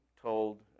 told